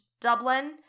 Dublin